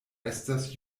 estas